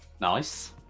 Nice